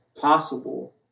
possible